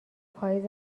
پاییز